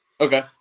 Okay